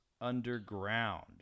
Underground